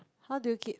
how do you keep